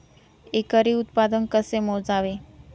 एकरी उत्पादन कसे मोजावे?